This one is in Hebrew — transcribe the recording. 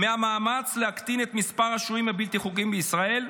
מהמאמץ להקטין את מספר השוהים הבלתי-חוקיים בישראל.